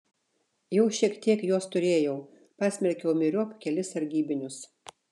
jau šiek tiek jos turėjau pasmerkiau myriop kelis sargybinius